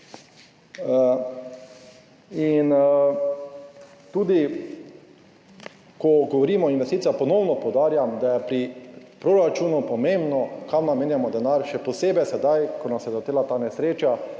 rušimo. Ko govorimo o investicijah, ponovno poudarjam, da je pri proračunu pomembno, kam namenjamo denar, še posebej sedaj, ko nas je doletela ta nesreča,